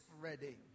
ready